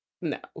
No